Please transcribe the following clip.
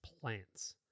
plants